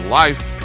life